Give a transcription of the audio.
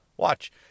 Watch